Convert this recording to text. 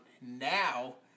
now